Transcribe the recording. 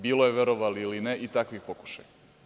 Bilo je, verovali ili ne, takvih pokušaja.